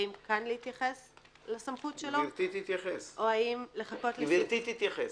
האם כאן להתייחס לסמכות שלו או האם לחכות --- גברתי תתייחס.